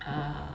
ah